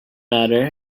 matter